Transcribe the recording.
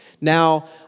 Now